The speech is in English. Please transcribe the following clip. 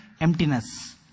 emptiness